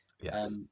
Yes